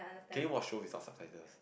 can you watch shows with sub~ subtitles